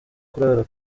kurara